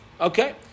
Okay